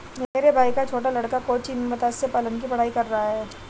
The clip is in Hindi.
मेरे भाई का छोटा लड़का कोच्चि में मत्स्य पालन की पढ़ाई कर रहा है